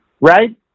right